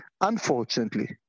unfortunately